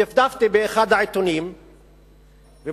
דפדפתי באחד העיתונים ומצאתי